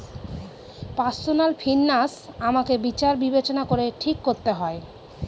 personal finance আমাকে বিচার বিবেচনা করে ঠিক করতে হয়